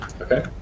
Okay